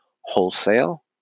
wholesale